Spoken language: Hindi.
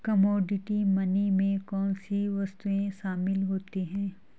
कमोडिटी मनी में कौन सी वस्तुएं शामिल होती हैं?